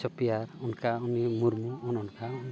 ᱪᱚᱯᱮᱭᱟᱨ ᱚᱱᱠᱟ ᱩᱱᱤ ᱢᱩᱨᱢᱩ ᱚᱱᱮ ᱚᱱᱠᱟ